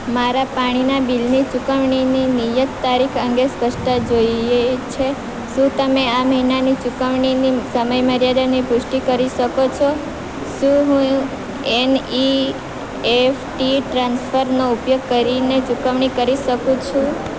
મારા પાણીના બિલની ચૂકવણીની નિયત તારીખ અંગે સ્પષ્ટ જોઈએ છે શું તમે આ મહિનાની ચૂકવણીની સમયમર્યાદાની પુષ્ટિ કરી શકો છો શું હું એનઇએફટી ટ્રાન્સફરનો ઉપયોગ કરીને ચૂકવણી કરી શકું છું